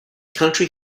country